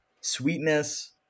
sweetness